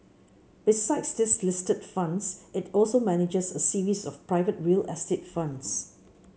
besides these listed funds it also manages a series of private real estate funds